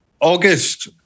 August